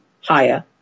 higher